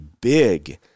big